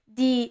di